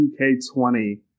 2K20